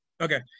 okay